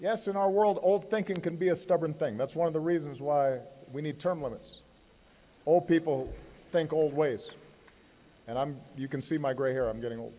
yes in our world all thinking can be a stubborn thing that's one of the reasons why we need term limits or people think old ways and i'm you can see my gray here i'm getting old